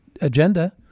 agenda